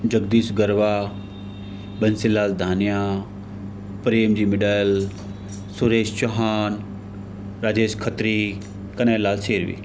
Jagdish Garwa Bansilal Dania Premji Midal Suresh Chauhan Rajesh Khatri Kanhaiyalal Sirvi